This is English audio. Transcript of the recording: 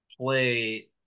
play